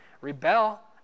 rebel